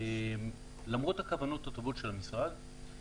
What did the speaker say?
למרות הכוונות הטובות של המשרד,